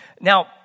Now